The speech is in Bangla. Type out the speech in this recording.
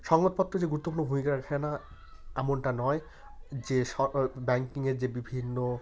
সংবাদপত্র যে গুরুত্বপূর্ণ ভূমিকা রাখে না এমনটা নয় যেস ব্যাংকিংয়ের যে বিভিন্ন